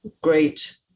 great